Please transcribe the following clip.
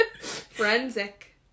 Forensic